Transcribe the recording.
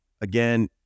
again